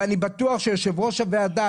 ואני בטוח שיושבת ראש הוועדה,